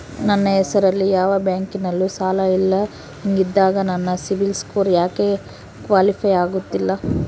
ನನ್ನ ಹೆಸರಲ್ಲಿ ಯಾವ ಬ್ಯಾಂಕಿನಲ್ಲೂ ಸಾಲ ಇಲ್ಲ ಹಿಂಗಿದ್ದಾಗ ನನ್ನ ಸಿಬಿಲ್ ಸ್ಕೋರ್ ಯಾಕೆ ಕ್ವಾಲಿಫೈ ಆಗುತ್ತಿಲ್ಲ?